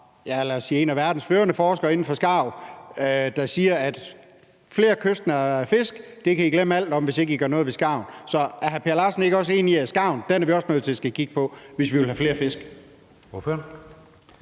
fra, lad os sige en af verdens førende forskere inden for skarv, der siger, at I kan glemme alt om flere kystnære fisk, hvis ikke I gør noget ved skarven. Så er hr. Per Larsen ikke også enig i, at ud over sæl er vi også nødt til at skulle kigge på skarven, hvis vi vil have flere fisk?